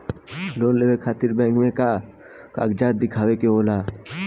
Loan लेवे खातिर bank मे का कागजात दिखावे के होला?